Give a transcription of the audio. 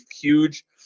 huge